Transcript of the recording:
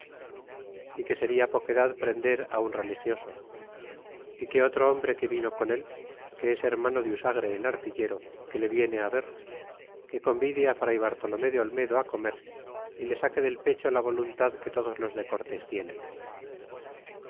é que seria poquedad prender un religioso é que otro hombre que vino con él que es hermano de usagre el artillero que le viene it ver que convide fray bartolomé de olmedo comer y le saque del pecho la voluntad que todos los de cortés tienen